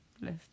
list